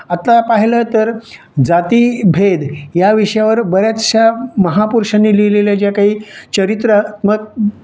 आता पाहिलं तर जातिभेद या विषयावर बऱ्याचशा महापुरुषांनी लिहिलेल्या ज्या काही चरित्रात्मक